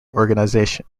organization